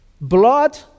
blood